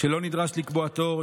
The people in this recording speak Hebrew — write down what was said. כשלא נדרש לקבוע תור.